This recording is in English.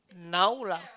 now lah